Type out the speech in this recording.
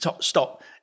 stop